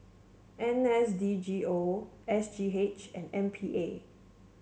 N S D G O S G H and M P A